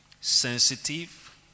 sensitive